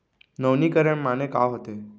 नवीनीकरण माने का होथे?